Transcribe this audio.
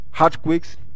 earthquakes